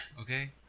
Okay